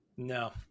No